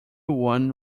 one